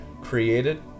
Created